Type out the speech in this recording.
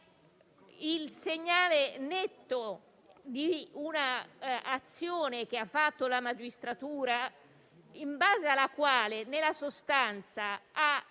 il segnale netto di un'azione della magistratura in base alla quale, nella sostanza,